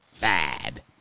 bad